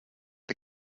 the